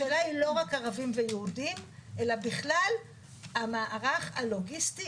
השאלה היא לא רק ערבים ויהודים אלא בכלל המערך הלוגיסטי,